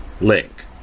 link